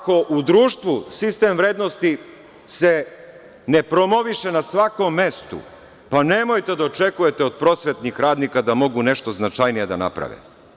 Znači, ako u društvu sistem vrednosti se ne promoviše na svakom mestu, pa nemojte da očekujete od prosvetnih radnika da mogu nešto značajnije da naprave.